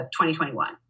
2021